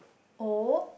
O